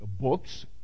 books